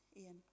Ian